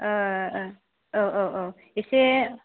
औ औ औ एसे